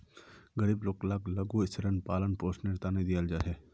गरीब लोग लाक लघु ऋण पालन पोषनेर तने दियाल जाहा